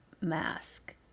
mask